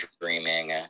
dreaming